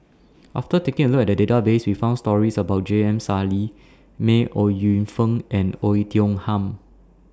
after taking A Look At The Database We found stories about J M Sali May Ooi Yu Fen and Oei Tiong Ham